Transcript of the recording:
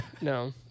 no